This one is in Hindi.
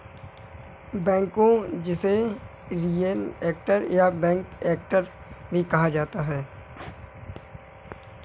बैकहो जिसे रियर एक्टर या बैक एक्टर भी कहा जाता है